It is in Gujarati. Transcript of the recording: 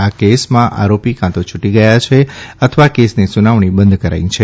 આ કેસમાં આરો ી કાં તો છુટી ગયા છે અથવા કેસની સુનાવણી બંધ કરાઇ છે